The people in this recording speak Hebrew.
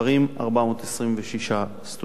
426 סטודנטים.